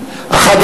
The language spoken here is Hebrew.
נתקבל.